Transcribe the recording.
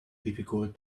difficult